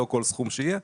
לא כל סכום שיהיה,